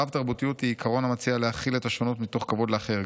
רב-תרבותיות היא עיקרון המציע להכיל את השונות מתוך כבוד לאחר.